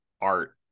art